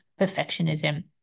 perfectionism